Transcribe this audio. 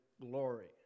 glory